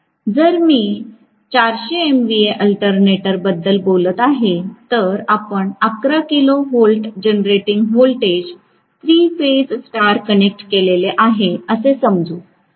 समजा मी जर 400 एमव्हीए अल्टरनेटर बद्दल बोलत आहे तर आपण 11 kilo volt generating voltage three phase star connect केलेले आहे असे समजू